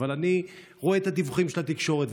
אבל אני רואה את הדיווחים של התקשורת,